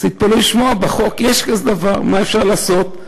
אז תתפלאו לשמוע, בחוק יש כזה דבר, מה אפשר לעשות?